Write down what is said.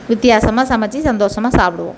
வித்தியாசமாக சமைச்சி சந்தோஷமாக சாப்பிடுவோம்